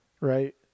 right